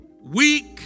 weak